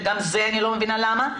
שגם זה אני לא מבינה למה,